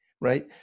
right